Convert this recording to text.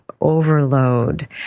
overload